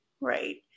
right